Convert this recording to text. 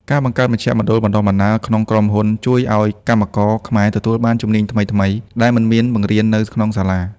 ការបង្កើត មជ្ឈមណ្ឌលបណ្តុះបណ្តាល ក្នុងក្រុមហ៊ុន ជួយឱ្យកម្មករខ្មែរទទួលបានជំនាញថ្មីៗ ដែលមិនមានបង្រៀននៅក្នុងសាលា។